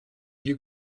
you